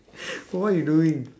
what you doing